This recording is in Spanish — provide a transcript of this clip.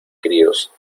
críos